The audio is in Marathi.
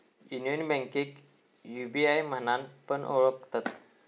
युनियन बैंकेक यू.बी.आय म्हणान पण ओळखतत